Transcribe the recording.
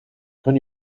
kan